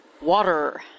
water